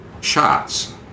shots